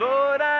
Lord